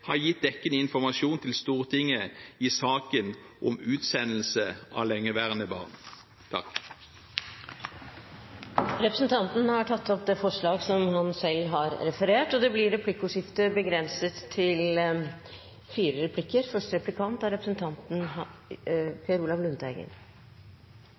har gitt dekkende informasjon til Stortinget i saken om utsendelse av lengeværende asylbarn.» Representanten Hans Fredrik Grøvan har tatt opp det forslaget han refererte. Det blir replikkordskifte. Som representanten sa, er